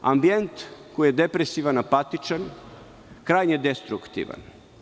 To je ambijent koji je depresivan, apatičan, krajnje destruktivan.